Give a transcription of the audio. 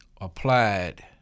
applied